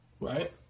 Right